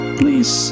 please